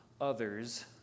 others